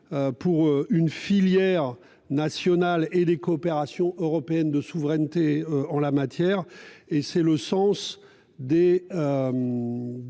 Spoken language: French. pour une filière. National et les coopérations européennes de souveraineté en la matière et c'est le sens des.